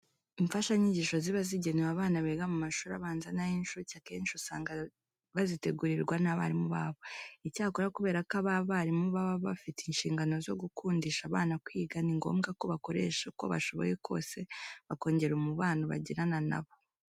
Imfashanyigisho ziba zigenewe abana biga mu mashuri abanza n'ay'incuke akenshi usanga bazitegurirwa n'abarimu babo. Icyakora kubera ko aba barimu baba bafite inshingano zo gukundisha abana kwiga ni ngombwa ko bakoresha uko bashoboye kose bakongera umubano bagirana na bo.